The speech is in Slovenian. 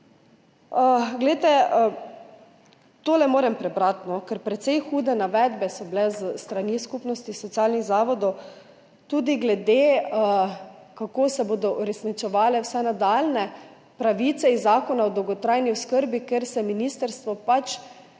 To moram prebrati, ker so bile precej hude navedbe s strani Skupnosti socialnih zavodov, tudi glede tega, kako se bodo uresničevale vse nadaljnje pravice iz Zakona o dolgotrajni oskrbi, ker se ministrstvo pač